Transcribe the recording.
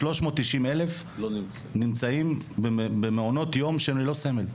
390 אלף נמצאים במעונות יום שהם ללא סמל,